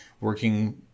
working